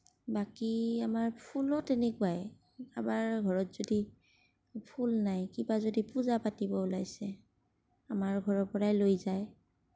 বাকী আমাৰ ফুলো তেনেকুৱাই কাৰোবাৰ ঘৰত যদি ফুল নাই কিবা যদি পূজা পাতিব ওলাইছে আমাৰ ঘৰৰ পৰাই লৈ যায়